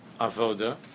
avoda